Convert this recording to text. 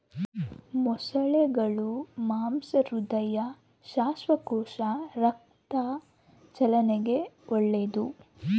ಮೊಸಳೆಗುಳ ಮಾಂಸ ಹೃದಯ, ಶ್ವಾಸಕೋಶ, ರಕ್ತ ಚಲನೆಗೆ ಒಳ್ಳೆದು